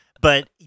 but-